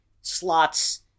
slots